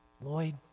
Lloyd